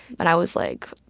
but i was like,